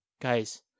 Guys